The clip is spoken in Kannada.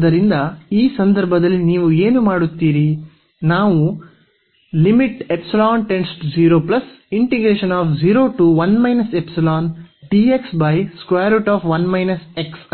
ಆದ್ದರಿಂದ ಈ ಸಂದರ್ಭದಲ್ಲಿ ನೀವು ಏನು ಮಾಡುತ್ತೀರಿ ನಾವು